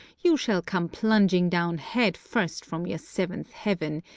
you shall come plunging down headfirst from your seventh heaven,